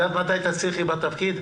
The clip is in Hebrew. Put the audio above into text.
את יודעת מתי תצליחי בתפקיד?